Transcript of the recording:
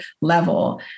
level